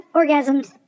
orgasms